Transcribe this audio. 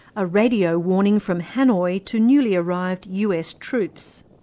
a radio warning from hanoi to newly arrived us troops.